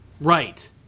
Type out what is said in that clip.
Right